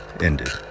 ended